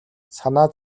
санаа